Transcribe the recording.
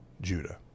Judah